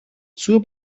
zur